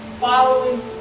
following